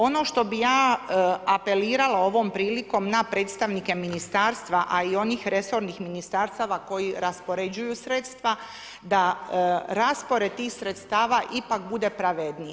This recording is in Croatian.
Ono što bih ja apelirala ovom prilikom na predstavnike ministarstva a i onih resornih ministarstava koji raspoređuju sredstva da raspored tih sredstava ipak bude pravedniji.